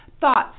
Thoughts